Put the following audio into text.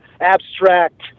abstract